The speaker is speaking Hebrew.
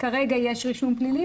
כרגע יש רישום פלילי.